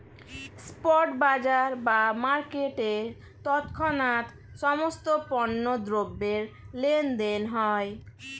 spot বাজার বা মার্কেটে তৎক্ষণাৎ সমস্ত পণ্য দ্রব্যের লেনদেন হয়